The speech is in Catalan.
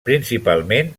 principalment